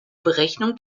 berechnung